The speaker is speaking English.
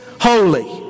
holy